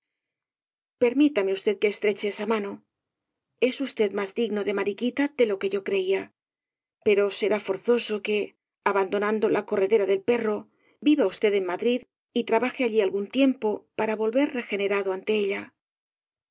permítame usted que estreche esa mano es usted más digno de mariquita de lo que yo creía pero será forzoso que abandonando la corredera del perro viva usted en madrid y trabaje allí algún tiempo para volver regenerado ante ella